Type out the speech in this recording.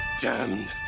damned